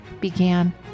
began